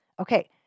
Okay